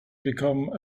become